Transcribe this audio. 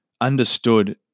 understood